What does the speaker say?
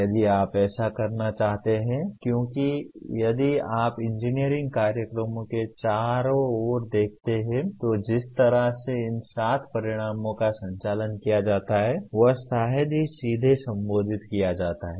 यदि आप ऐसा करना चाहते हैं क्योंकि यदि आप इंजीनियरिंग कार्यक्रमों के चारों ओर देखते हैं तो जिस तरह से इन सात परिणामों का संचालन किया जाता है वह शायद ही सीधे संबोधित किया जाता है